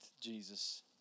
Jesus